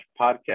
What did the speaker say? podcast